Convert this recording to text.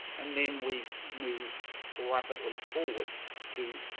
and then, we moved rapidly forward to,